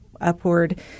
upward